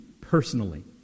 personally